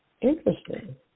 Interesting